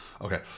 Okay